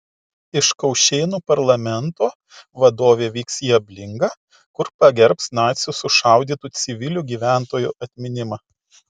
iš kaušėnų parlamento vadovė vyks į ablingą kur pagerbs nacių sušaudytų civilių gyventojų atminimą